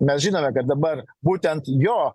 mes žinome kad dabar būtent jo